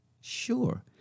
sure